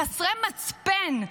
חסרי מצפן,